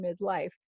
midlife